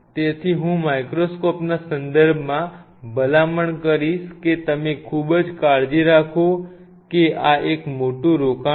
તેથી હું માઇક્રોસ્કોપના સંદર્ભમાં ભલામણ કરીશ કે તમે ખૂબ કાળજી રાખો કારણ કે આ એક મોટું રોકાણ છે